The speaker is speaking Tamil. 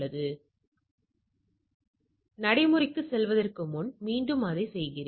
எனவே நடைமுறைக்குச் செல்வதற்கு முன்பு அதை மீண்டும் செய்கிறேன்